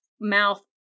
mouth